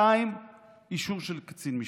2. אישור של קצין משטרה.